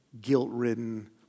guilt-ridden